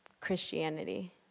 Christianity